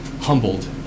humbled